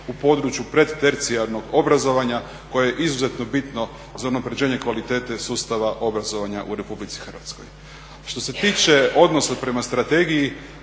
u području predtercijarnog obrazovanja koje je izuzetno bitno za unaprjeđenje kvalitete sustava obrazovanja u RH. Što se tiče odnosa prema strategiji,